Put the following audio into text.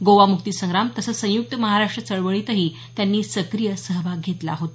गोवा मुक्ती संग्राम तसंच संयुक्त महाराष्ट्र चळवळीतही त्यांनी सक्रिय सहभाग घेतला होता